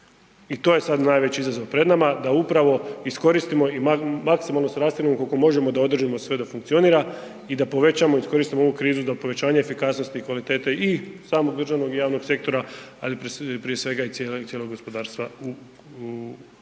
I to je sada najveći izazov pred nama da upravo iskoristimo i maksimalno … koliko možemo da održimo sve da funkcionira i da povećamo i iskoristimo ovu krizu za povećanje efikasnosti, kvalitete i samog državnog i javnog sektora, ali prije svega i cijelog gospodarstva u globalu